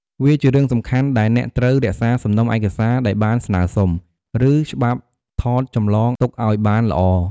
វាជារឿងសំខាន់ដែលអ្នកត្រូវ រក្សាសំណុំឯកសារ ដែលបានស្នើសុំ ឬច្បាប់ថតចម្លងទុកឲ្យបានល្អ។